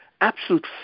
absolute